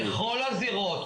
בכל הזירות,